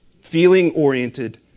feeling-oriented